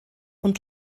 und